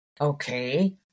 Okay